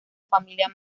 familia